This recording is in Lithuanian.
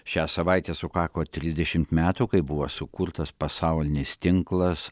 šią savaitę sukako trisdešimt metų kai buvo sukurtas pasaulinis tinklas